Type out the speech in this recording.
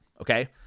okay